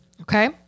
Okay